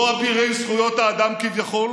לא אבירי זכויות האדם כביכול,